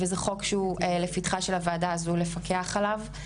וזה חוק שלפתחה של הוועדה הזו לפקח עליו.